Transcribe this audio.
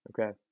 Okay